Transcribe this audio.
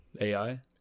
AI